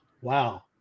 wow